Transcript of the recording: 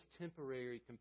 temporary